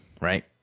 right